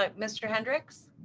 like mr. hendricks.